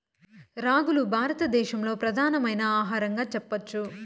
రాగులు భారత దేశంలో ప్రధానమైన ఆహారంగా చెప్పచ్చు